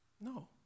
no